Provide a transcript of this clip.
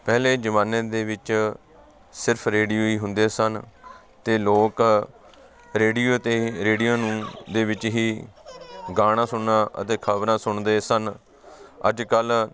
ਪਹਿਲੇ ਜ਼ਮਾਨੇ ਦੇ ਵਿੱਚ ਸਿਰਫ ਰੇਡੀਓ ਹੀ ਹੁੰਦੇ ਸਨ ਅਤੇ ਲੋਕ ਰੇਡੀਓ 'ਤੇ ਰੇਡੀਓ ਨੂੰ ਦੇ ਵਿੱਚ ਹੀ ਗਾਣਾ ਸੁਣਨਾ ਅਤੇ ਖਬਰਾਂ ਸੁਣਦੇ ਸਨ ਅੱਜ ਕੱਲ੍ਹ